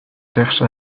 cherche